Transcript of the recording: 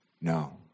No